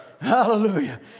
Hallelujah